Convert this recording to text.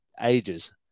ages